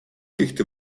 tihti